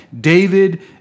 David